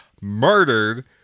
murdered